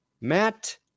Matt